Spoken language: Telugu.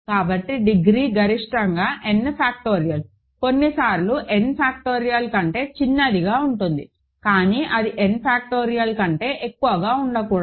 కాబట్టి డిగ్రీ గరిష్టంగా n ఫాక్టోరియల్ కొన్నిసార్లు n ఫాక్టోరియల్ కంటే చిన్నదిగా ఉంటుంది కానీ అది n ఫాక్టోరియల్ కంటే ఎక్కువగా ఉండకూడదు